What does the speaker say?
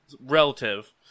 relative